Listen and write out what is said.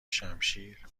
شمشیر